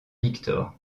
victor